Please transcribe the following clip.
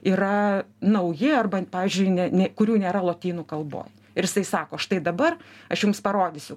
yra nauji arba pavyzdžiui ne ne kurių nėra lotynų kalboj ir jisai sako štai dabar aš jums parodysiu